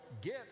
get